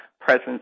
presence